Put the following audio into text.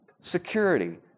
Security